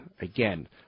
Again